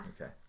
Okay